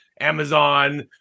Amazon